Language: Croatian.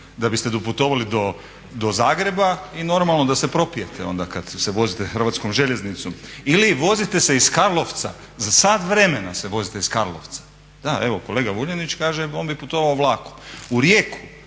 da biste doputovali do Zagreba i normalno da se propijete onda kad se vozite Hrvatskom željeznicom. Ili vozite se iz Karlovca, za sat vremena se vozite iz Karlovca. Da, evo kolega Vuljanić kaže on bi putovao vlakom. U Rijeku